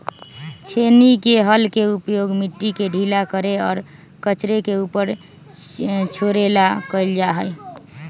छेनी के हल के उपयोग मिट्टी के ढीला करे और कचरे के ऊपर छोड़े ला कइल जा हई